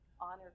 Honor